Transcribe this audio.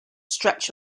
stretch